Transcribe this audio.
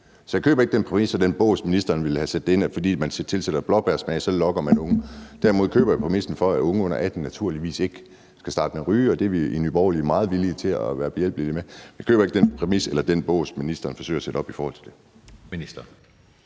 Så jeg køber ikke den præmis og den bås, ministeren vil have sat det ind i, altså at fordi man tilsætter blåbærsmag, så lokker man unge. Derimod køber jeg præmissen om, at unge under 18 år naturligvis ikke skal starte med at ryge. Det er vi i Nye Borgerlige meget villige til at være behjælpelige med. Men jeg køber ikke den præmis eller den bås, som ministeren forsøger at sætte op i forhold til det.